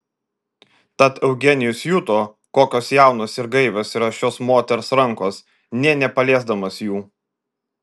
tad eugenijus juto kokios jaunos ir gaivios yra šios moters rankos nė nepaliesdamas jų